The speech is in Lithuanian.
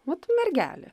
vat mergelė